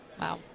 Wow